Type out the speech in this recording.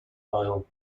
isle